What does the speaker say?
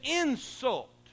insult